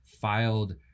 filed